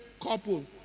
couple